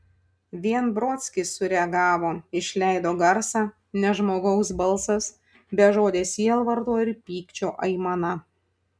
vien brodskis sureagavo išleido garsą ne žmogaus balsas bežodė sielvarto ir pykčio aimana